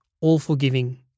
All-Forgiving